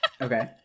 okay